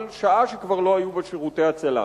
אבל בשעה שכבר לא היו בו שירותי הצלה.